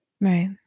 Right